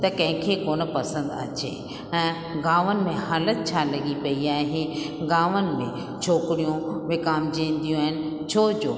त कंहिंखें कोन पसंदि अचे ऐं गांवनि में हालति छा लॻी पई आहे गांवनि में छोकिरियूं विकामजंदियूं आहिनि छो जो